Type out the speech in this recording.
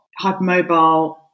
hypermobile